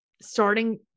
starting